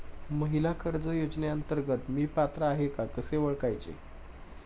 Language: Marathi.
महिला कर्ज योजनेअंतर्गत मी पात्र आहे का कसे ओळखायचे?